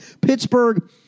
Pittsburgh